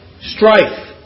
Strife